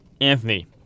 Anthony